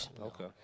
okay